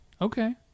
Okay